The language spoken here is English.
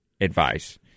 advice